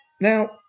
Now